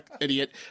idiot